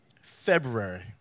February